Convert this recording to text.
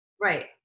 right